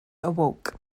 awoke